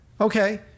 Okay